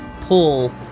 pull